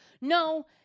no